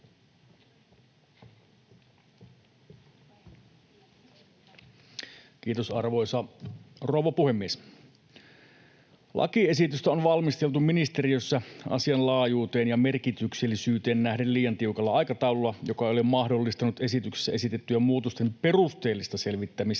Kiitos, arvoisa rouva puhemies! Lakiesitystä on valmisteltu ministeriössä asian laajuuteen ja merkityksellisyyteen nähden liian tiukalla aikataululla, joka ei ole mahdollistanut esityksessä esitettyjen muutosten perusteellista selvittämistä